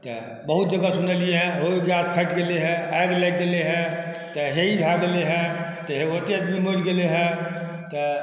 तऽ बहुत जगह सुनलिए हँ जे गैस फाटि गेलै हँ आगि लागि गेलै हँ तऽ हेइ भऽ गेलै हँ तऽ हे ओतेक आदमी मरि गेलै हँ